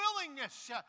willingness